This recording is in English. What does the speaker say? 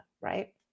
right